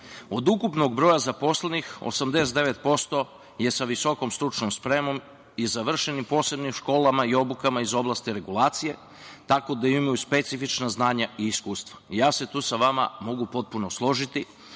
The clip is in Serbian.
ukupnog broja zaposlenih, 89% je sa visokom stručnom spremom i završenim posebnim školama i obukama iz oblasti regulacije, tako da imaju specifična znanja i iskustva. Ja se tu sa vama mogu potpuno složiti